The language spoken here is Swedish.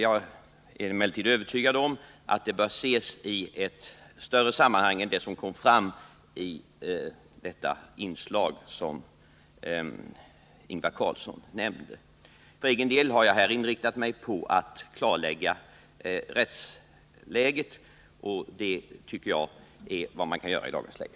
Jag är emellertid övertygad om att statsministerns yttrande bör ses i ett större sammanhang än det som kom fram i det inslag som Ingvar Carlsson nämnde. För egen del har jag här inriktat mig på att klarlägga rättsläget. och det tycker jag är vad man kan göra i dagens läge.